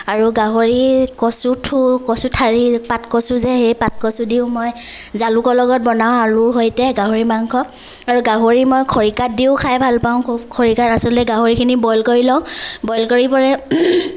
আৰু গাহৰি কচু ঠোৰ কচু ঠাৰিৰ পাতকচু যে সেই পাতকচু দিয়ো মই জালুকৰ লগত বনাওঁ আলুৰ সৈতে গাহৰি মাংস আৰু গাহৰি মই খৰিকাত দিয়ো খাই ভালপাওঁ খুব খৰিকাত আচলতে গাহৰিখিনি বইল কৰি লওঁ বইল কৰি পেলাই